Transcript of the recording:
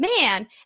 Man